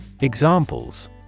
Examples